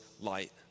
light